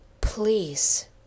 Please